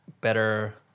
better